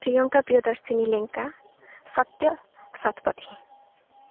Priyanka Priyadarshini Lenka Satya Satapathy